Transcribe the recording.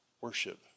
worship